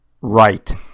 right